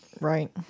Right